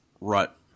RUT